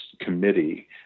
committee